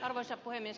arvoisa puhemies